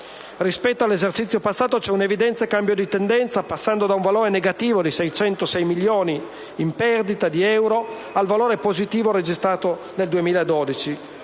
Rispetto all'esercizio passato c'è un evidente cambio di tendenza, passando da un valore negativo di 606 milioni di euro in perdita al valore positivo registrato nel 2012